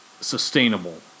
sustainable